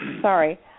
sorry